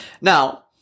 Now